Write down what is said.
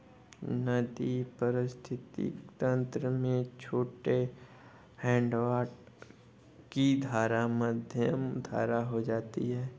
नदी पारिस्थितिक तंत्र में छोटे हैडवाटर की धारा मध्यम धारा हो जाती है